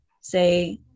say